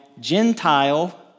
Gentile